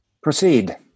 Proceed